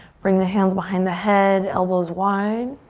bring the hands behind the head, elbows wide.